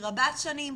היא רבת שנים,